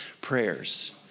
prayers